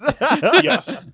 Yes